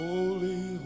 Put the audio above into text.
Holy